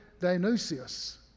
Dionysius